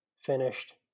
finished